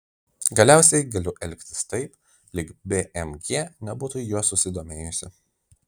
galiausiai galiu elgtis taip lyg bmg nebūtų juo susidomėjusi